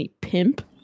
pimp